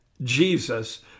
Jesus